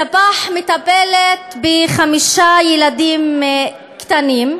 סבאח מטפלת בחמישה ילדים קטנים,